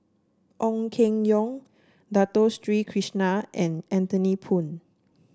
Ong Keng Yong Dato Street Krishna and Anthony Poon